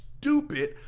stupid